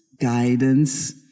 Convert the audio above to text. guidance